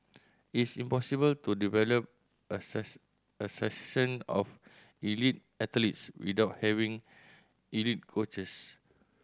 it's impossible to develop a of elite athletes without having elite coaches